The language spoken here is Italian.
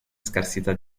scarsità